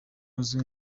uzwi